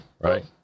right